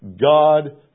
God